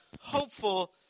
hopeful